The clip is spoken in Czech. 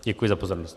Děkuji za pozornost.